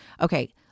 Okay